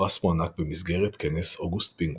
הפרס מוענק במסגרת כנס אוגוסט פינגווין.